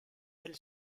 del